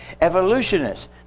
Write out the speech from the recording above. Evolutionists